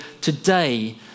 today